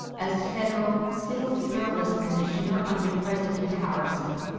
as federal civil service commissioner under president harrison,